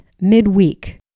midweek